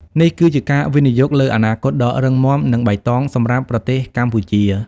នេះគឺជាការវិនិយោគលើអនាគតដ៏រឹងមាំនិងបៃតងសម្រាប់ប្រទេសកម្ពុជា។